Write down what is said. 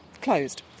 Closed